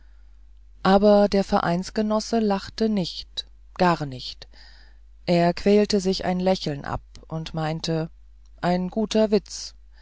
aber der vereinsgenosse lachte nicht gar nicht er quälte sich ein lächeln ab und meinte ein guter witz